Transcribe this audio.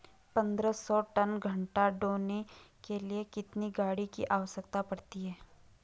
पन्द्रह सौ टन गन्ना ढोने के लिए कितनी गाड़ी की आवश्यकता पड़ती है?